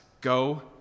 go